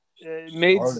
made